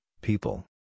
people